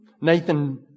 Nathan